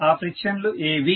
ఆ ఫ్రిక్షన్ లు ఏవి